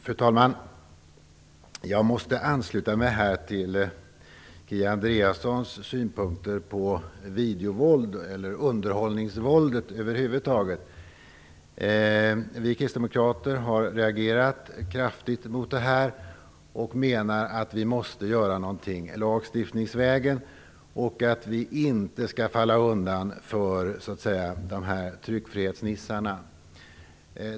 Fru talman! Jag måste ansluta mig till Kia Andreassons synpunkter på videovåldet och underhållningsvåldet över huvud taget. Vi kristdemokrater har reagerat kraftigt mot det här och menar att något måste göras lagstiftningsvägen. Vi skall inte falla undan för "tryckfrihetsnissarna".